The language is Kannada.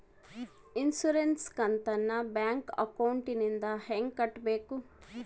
ಇನ್ಸುರೆನ್ಸ್ ಕಂತನ್ನ ಬ್ಯಾಂಕ್ ಅಕೌಂಟಿಂದ ಹೆಂಗ ಕಟ್ಟಬೇಕು?